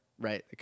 Right